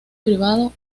privado